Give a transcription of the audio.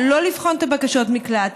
הממשלה, לא לבחון את בקשות המקלט,